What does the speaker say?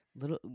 Little